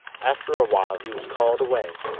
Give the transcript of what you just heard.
after a while he was called away,